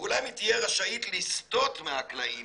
'ואולם היא תהיה רשאית לסטות מהכללים